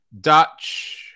Dutch